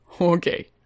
Okay